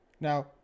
Now